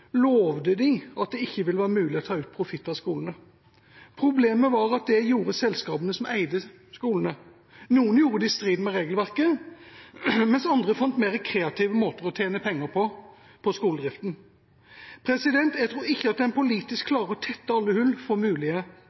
lovte de at det ikke ville være mulig å ta ut profitt av skolene. Problemet var at det gjorde selskapene som eide skolene. Noen gjorde det i strid med regelverket, mens andre fant mer kreative måter å tjene penger på på skoledriften. Jeg tror ikke at en politisk klarer å tette alle hull for